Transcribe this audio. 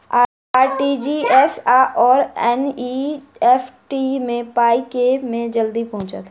RTGS आओर NEFT मे पाई केँ मे जल्दी पहुँचत?